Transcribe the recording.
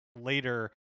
later